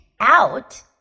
out